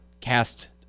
cast